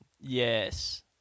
Yes